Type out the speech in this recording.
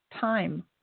time